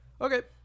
Okay